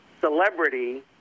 celebrity